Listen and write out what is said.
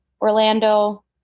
Orlando